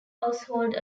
household